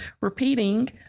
repeating